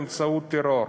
באמצעות טרור.